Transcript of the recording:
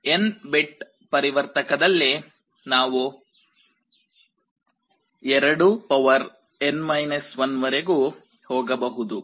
N bit ಪರಿವರ್ತಕದಲ್ಲಿ ನಾವು 2N 1 ವರೆಗೂ ಹೋಗಬಹುದು